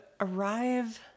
arrive